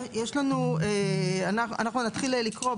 אנחנו נתחיל לקרוא.